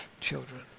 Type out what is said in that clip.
children